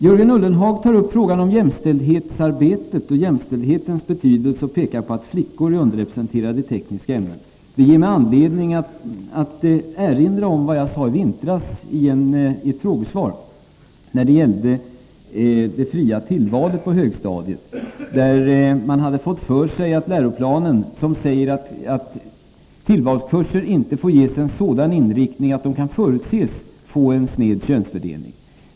Jörgen Ullenhag tar upp frågan om jämställdhetsarbetet och jämställdhetens betydelse. Han pekar på att flickor är underrepresenterade i tekniska ämnen. Detta ger mig anledning att erinra om vad jag sade i vintras i ett frågesvar när det gällde det fria tillvalet på högstadiet. Läroplanen säger att tillvalskurser inte får ges en sådan inriktning att de kan förutses få en sned könsfördelning.